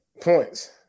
points